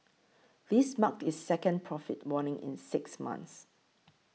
this marked its second profit warning in six months